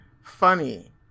funny